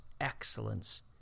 excellence